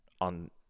on